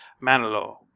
Manolo